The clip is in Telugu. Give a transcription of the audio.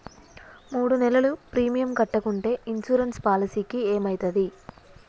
మూడు నెలలు ప్రీమియం కట్టకుంటే ఇన్సూరెన్స్ పాలసీకి ఏమైతది?